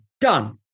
Done